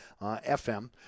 FM